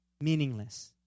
meaningless